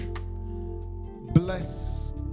Bless